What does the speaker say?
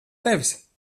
tevis